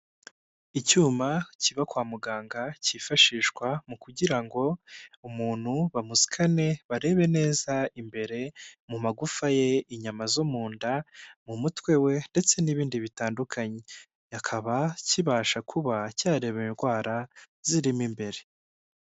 Icyuma kiba kwa muganga cyifashishwa mu kugira ngo umuntu bamusikane, barebe neza imbere mu magufa ye inyama zo mu nda, mu mutwe we ndetse n'ibindi bitandukanye, akaba kibasha kuba cyareba indwara ziririmo imbere.